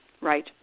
right